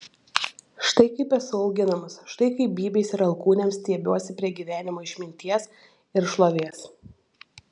štai kaip esu auginamas štai kaip bybiais ir alkūnėm stiebiuosi prie gyvenimo išminties ir šlovės